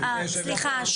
סליחה.